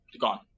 gone